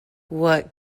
what